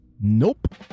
Nope